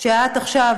שאת עכשיו,